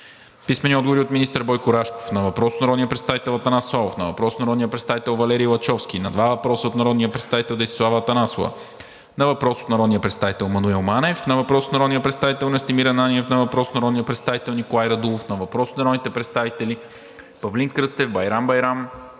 Писмени отговори от министър Бойко Рашков на: - въпрос от народния представител Атанас Славов; - въпрос от народния представител Валери Лачовски; - два въпроса от народния представител Десислава Атанасова; - въпрос от народния представител Маноил Манев; - въпрос от народния представител Настимир Ананиев; - въпрос от народния представител Николай Радулов; - въпрос от народните представители Павлин Кръстев, Байрам Байрам,